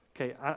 Okay